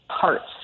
parts